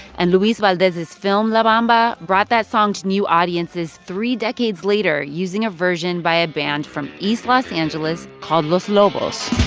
and luis valdez's film la bamba brought that song to new audiences three decades later using a version by a band from east los angeles called los lobos